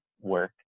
work